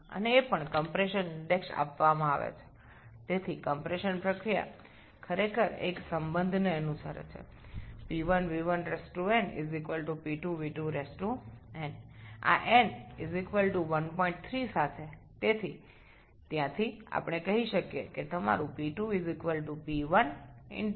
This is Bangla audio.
এবং এছাড়াও সংকোচনের সূচি প্রদত্ত সুতরাং সংকোচন প্রক্রিয়াটি আসলে একটি সম্পর্ক অনুসরণ করে 𝑃1𝑣1𝑛 𝑃2𝑣2𝑛 এখানে n 13 সুতরাং সেখান থেকে আমরা বলতে পারি যে আপনার